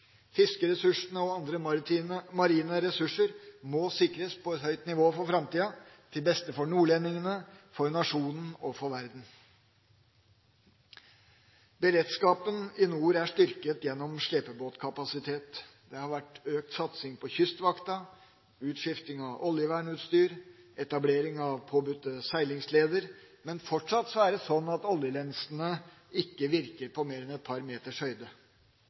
Fiskeressursene og andre marine ressurser må sikres på et høyt nivå for framtida – til beste for nordlendingene, for nasjonen og for verden. Beredskapen i nord er styrket gjennom slepebåtkapasitet. Det har vært økt satsing på Kystvakta, utskifting av oljevernutstyr og etablering av påbudte seilingsleder. Men fortsatt er det slik at oljelensene ikke virker på mer enn et par meters